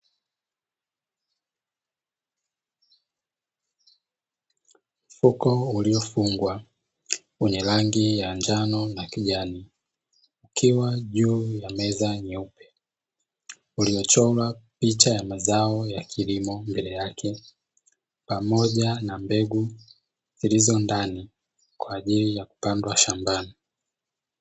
Mfuko uliofungwa wenye rangi ya njano na kijani, ukiwa juu ya meza nyeupe uliochorwa picha ya mazao ya kilimo mbele yake pamoja na mbegu zilizo ndani kwa ajili ya kupandwa shambani.